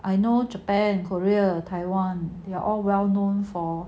I know japan korea taiwan they are all well known for